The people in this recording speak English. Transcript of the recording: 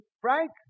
Frank